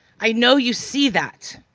i know you see that.